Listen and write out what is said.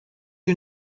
you